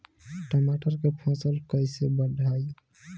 टमाटर के फ़सल कैसे बढ़ाई?